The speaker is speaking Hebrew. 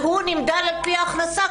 והוא נמדד על-פי ההכנסה,